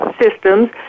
systems